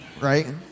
right